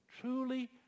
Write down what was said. truly